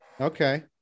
Okay